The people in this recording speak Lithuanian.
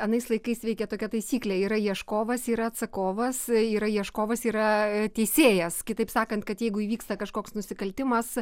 anais laikais veikė tokia taisyklė yra ieškovas yra atsakovas yra ieškovas yra teisėjas kitaip sakant kad jeigu įvyksta kažkoks nusikaltimas